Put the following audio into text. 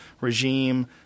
regime